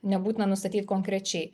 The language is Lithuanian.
nebūtina nustatyt konkrečiai